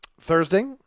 Thursday